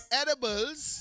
edibles